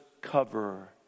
cover